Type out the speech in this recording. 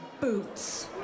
boots